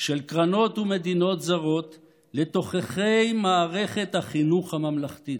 של קרנות ומדינות זרות לתוככי מערכת החינוך הממלכתית,